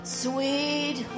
sweet